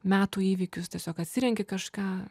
metų įvykius tiesiog atsirenki kažką